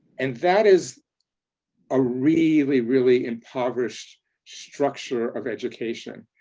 and that is a really, really impoverished structure of education.